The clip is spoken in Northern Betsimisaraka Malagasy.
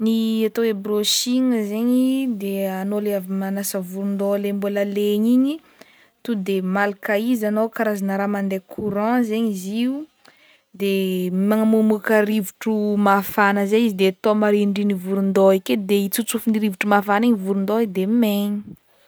Ny atao hoe brushing zaigny de anao le avy manasa volon-dôha le mbola legna igny to de malaka izy anao karazagna raha mandeha courant zaigny izy io de magnamoamoaka rivotro mafana zay izy de atao marindrigny volon-dôha ake de itsotsofin'ny rivotro mafana igny i volon-dôha de maigna.